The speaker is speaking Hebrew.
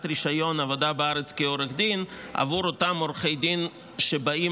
רישיון עבודה בארץ כעורך דין עבור אותם עורכי דין שבאים